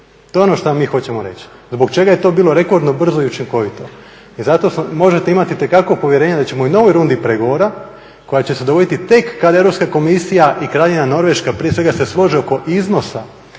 To je ono što vam mi hoćemo reći, zbog čega je to bilo rekordno brzo i učinkovito. I zato možete imati itekako povjerenje da ćemo i u novoj rundi pregovora koja će se dogoditi tek kad Europska komisija i Kraljevina Norveška prije svega se slože oko iznosa